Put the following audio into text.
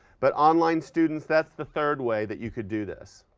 but online students, that's the third way that you could do this,